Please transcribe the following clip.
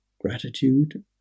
gratitude